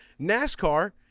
NASCAR